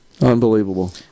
unbelievable